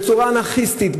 בצורה אנרכיסטית,